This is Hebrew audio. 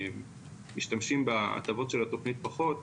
ומשתמשים בהטבות של התוכנית פחות,